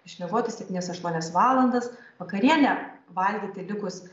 išmiegoti septynias aštuonias valandas vakarienę valgyti likus